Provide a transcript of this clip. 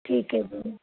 ਠੀਕ ਐ ਜੀ